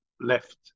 left